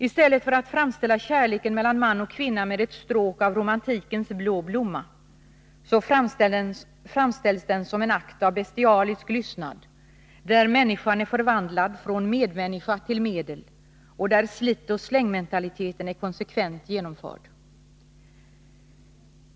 I stället för att framställa kärleken mellan man och kvinna med ett stråk av romantikens blå blomma, framställs den som en akt av bestialisk lystnad, där människan är förvandlad från medmänniska till medel och där slitoch slängmentaliteten är konsekvent genomförd.